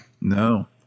no